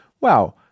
wow